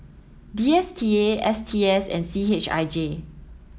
D S T A S T S and C H I J